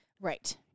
Right